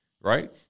right